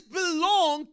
belong